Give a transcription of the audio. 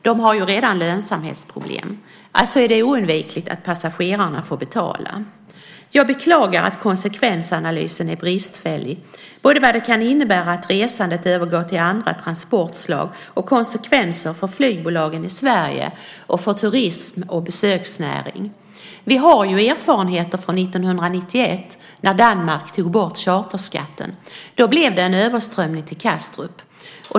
De har redan lönsamhetsproblem - alltså är det oundvikligt att passagerarna får betala. Jag beklagar att konsekvensanalysen är bristfällig både när det gäller vad det kan innebära att resandet övergår till andra transportslag och när det gäller konsekvenserna för flygbolagen i Sverige, för turism och för besöksnäringen. Vi har erfarenheter från år 1991 när Danmark tog bort charterskatten. Då blev det en överströmning till Kastrup.